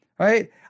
Right